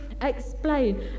explain